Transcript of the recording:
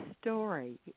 story